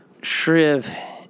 Shriv